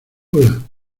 hola